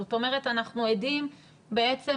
זאת אומרת אנחנו עדים לאינפלציה,